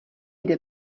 jde